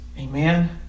Amen